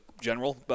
general